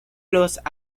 los